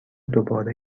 دوباره